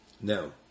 No